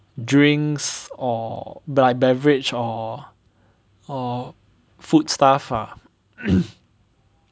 drinks or like beverage or or food stuff lah